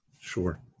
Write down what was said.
Sure